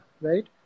right